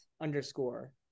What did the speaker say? underscore